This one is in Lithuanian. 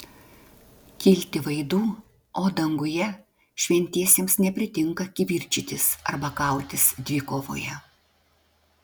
kilti vaidų o danguje šventiesiems nepritinka kivirčytis arba kautis dvikovoje